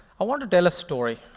i want to tell a story,